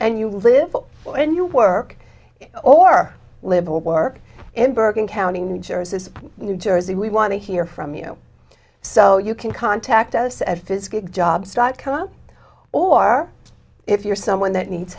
and you live well and you work or live or work in bergen county new jersey new jersey we want to hear from you so you can contact us at fisk jobs dot com or if you're someone that needs